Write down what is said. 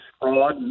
fraud